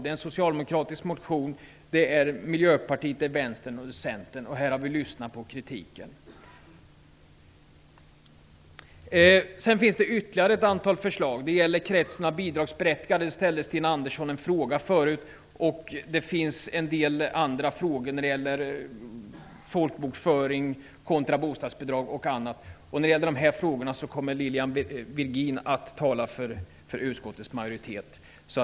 Det finns en socialdemokratisk motion och från Miljöpartiet, Vänsterpartiet och Centern. Här har vi lyssnat på kritiken. Sedan finns det ytterligare ett antal förslag. Det gäller bl.a. kretsen av bidragsberättigade. Där ställde Sten Andersson en fråga förut. Det gäller folkbokföring kontra bostadsbidrag och annat. När det gäller dessa frågor kommer Lilian Virgin att tala för utskottets majoritet.